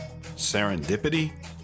Serendipity